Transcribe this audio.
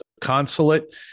consulate